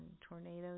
Tornadoes